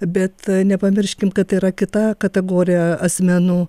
bet nepamirškim kad yra kita kategorija asmenų